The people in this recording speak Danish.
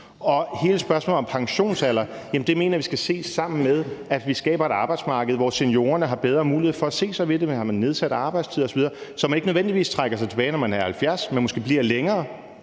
kr. Hele spørgsmålet om pensionsalder mener vi skal ses sammen med, at vi skaber et arbejdsmarked, hvor seniorerne har bedre mulighed for at se sig i det – at man har nedsat arbejdstid osv. – så man ikke nødvendigvis trækker sig tilbage, når man er 70 år, men måske bliver længere,